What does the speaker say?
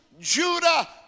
Judah